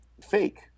Fake